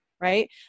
Right